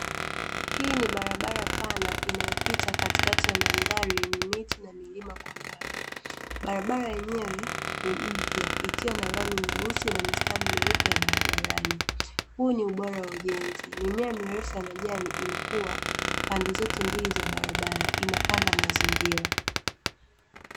Hii ni bara bara pana inayo pita katikati ya mandhari yenye miti na milima kwa mbali, barabara yenyewe ni mpya ikiwa na rangi nyeusi na mistari meupe ya barabarani, huu ni ubora wa ujenzi mimea mirefu ya majani imekua pande zote mbili za barabara inapamba mazingira.